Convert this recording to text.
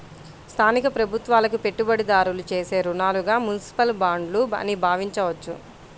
స్థానిక ప్రభుత్వాలకు పెట్టుబడిదారులు చేసే రుణాలుగా మునిసిపల్ బాండ్లు అని భావించవచ్చు